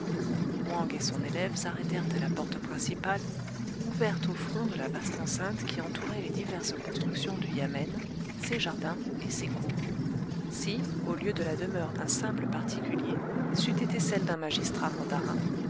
et son élève s'arrêtèrent à la porte principale ouverte au front de la vaste enceinte qui entourait les diverses constructions du yamen ses jardins et ses cours si au lieu de la demeure d'un simple particulier c'eût été celle d'un magistrat mandarin